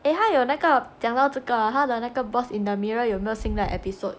诶他有那个讲到这个它的那个 boss in the mirror 有没有新的 episode